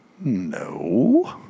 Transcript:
no